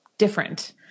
different